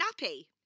nappy